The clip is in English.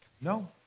No